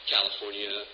California